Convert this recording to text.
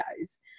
guys